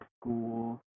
school